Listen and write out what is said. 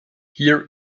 here